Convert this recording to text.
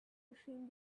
ashamed